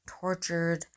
tortured